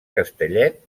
castellet